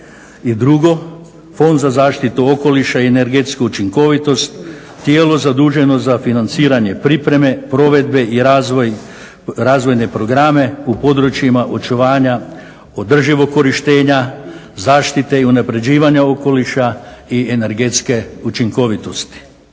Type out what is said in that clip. drugo Fond za zaštitu okoliša i energetsku učinkovitost, tijelo zaduženo za financiranje pripreme, provedbe i razvojne programe u područjima očuvanja održivog korištenja, zaštite i unapređivanja okoliša i energetske učinkovitosti.